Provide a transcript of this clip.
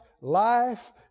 life